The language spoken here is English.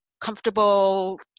comfortable